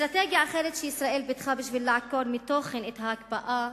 אסטרטגיה אחרת שישראל פיתחה בשביל לעקר מתוכן את ההקפאה